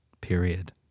Period